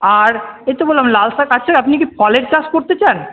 আর এই তো বললাম লাল শাক আচ্ছা আপনি কি ফলের চাষ করতে চান